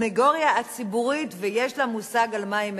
הסניגוריה הציבורית יש לה מושג על מה היא מדברת.